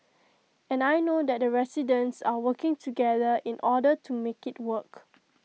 and I know that the residents are working together in order to make IT work